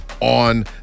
on